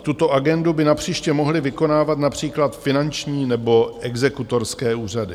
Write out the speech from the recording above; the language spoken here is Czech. Tuto agendu by napříště mohly vykonávat například finanční nebo exekutorské úřady.